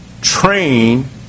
train